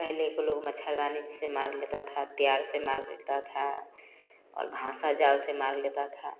पहले के लोग मच्छरदानी से मार लेता था तैयार से मार लेता था और भांसा जाल से मार लेता था